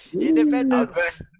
Independence